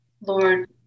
Lord